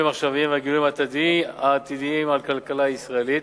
משאבים וגילויים עתידיים על הכלכלה הישראלית.